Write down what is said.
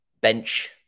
bench